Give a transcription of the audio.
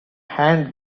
hand